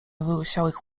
wyłysiałych